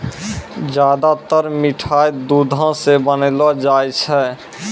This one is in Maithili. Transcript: ज्यादातर मिठाय दुधो सॅ बनौलो जाय छै